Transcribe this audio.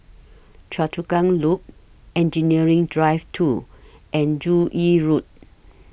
Choa Chu Kang Loop Engineering Drive two and Joo Yee Road